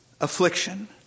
affliction